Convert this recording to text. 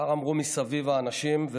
כך אמרו מסביב האנשים,